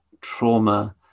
trauma